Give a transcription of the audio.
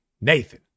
Nathan